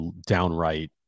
downright